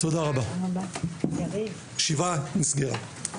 תודה רבה, הישיבה נסגרה.